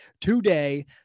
today